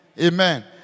Amen